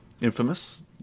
Infamous